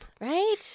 Right